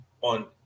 On